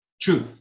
truth